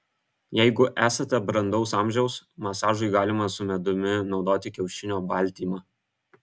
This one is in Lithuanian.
jeigu esate brandaus amžiaus masažui galima su medumi naudoti kiaušinio baltymą